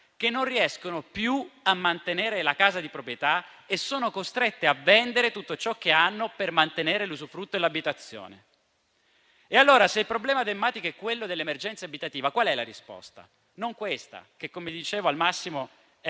che non riescono più a mantenere la casa di proprietà e sono costrette a vendere tutto ciò che hanno per mantenere l'usufrutto dell'abitazione. E allora, se il problema drammatico è quello dell'emergenza abitativa, qual è la risposta? Non è questa che - come dicevo - al massimo è